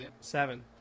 Seven